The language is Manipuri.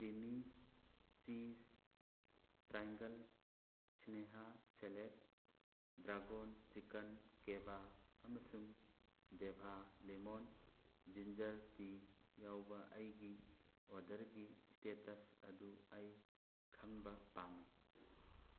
ꯀ꯭ꯔꯤꯃꯤ ꯆꯤꯁ ꯇ꯭ꯔꯥꯏꯒꯜ ꯁꯤꯅꯦꯍꯥ ꯁꯦꯂꯦꯛ ꯗ꯭ꯔꯥꯒꯣꯟ ꯆꯤꯀꯟ ꯀꯦꯕꯥ ꯑꯃꯁꯨꯡ ꯗꯦꯚꯥ ꯂꯦꯃꯣꯟ ꯖꯤꯟꯖꯔ ꯇꯤ ꯌꯥꯎꯕ ꯑꯩꯒꯤ ꯑꯣꯗꯔꯒꯤ ꯏꯁꯇꯦꯇꯁ ꯑꯗꯨ ꯑꯩ ꯈꯪꯕ ꯄꯥꯝꯃꯤ